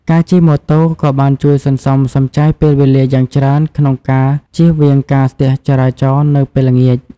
ការជិះម៉ូតូក៏បានជួយសន្សំសំចៃពេលវេលាយ៉ាងច្រើនក្នុងការជៀសវាងការស្ទះចរាចរណ៍នៅពេលល្ងាច។